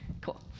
Cool